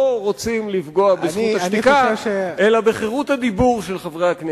לא רוצים לפגוע בזכות השתיקה אלא בחירות הדיבור של חברי הכנסת.